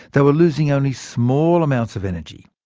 they were losing only small amounts of energy,